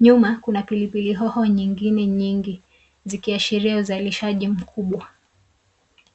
Nyuma, kuna pilipili hoho nyingine nyingi, zikiashiria uzalishaji mkubwa.